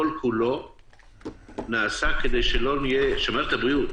כול כולה נעשתה כדי שמערכת הבריאות